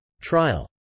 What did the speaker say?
Trial